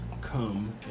come